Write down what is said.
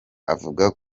avuga